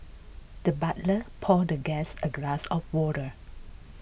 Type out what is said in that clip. the butler poured the guest a glass of water